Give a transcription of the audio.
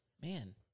Man